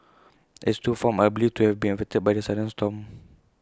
as two farms are believed to have been affected by the sudden storm